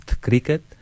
cricket